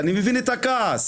אני מבין את הכעס.